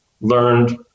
learned